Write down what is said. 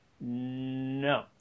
No